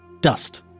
dust